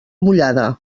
mullada